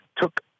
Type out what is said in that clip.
took